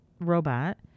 robot